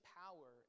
power